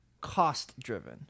cost-driven